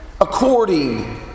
according